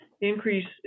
increase